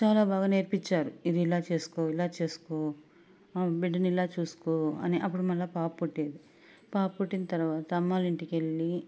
చాలా బాగా నేర్పిచ్చారు ఇదిలా చేసుకో ఇలా చేసుకో బిడ్డను ఇలా చూసుకో అని అప్పుడు మళ్ళా పాప పుట్టింది పాప పుట్టిన తర్వాత అమ్మోళ్ల ఇంటికెళ్లి